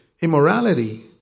immorality